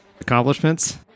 accomplishments